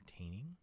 entertaining